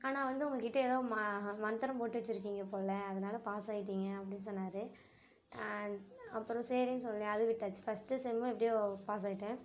ஆனால் வந்து உங்கக்கிட்ட ஏதோ மா மந்திரம் போட்டு வச்சிருக்கிங்க போல் அதனால பாஸ் ஆயிட்டீங்க அப்படின்னு சொன்னார் அப்புறம் சரின்னு சொல்லி அதை விட்டாச்சு ஃபஸ்ட்டு செம்மு எப்படியோ பாஸ் ஆகிட்டேன்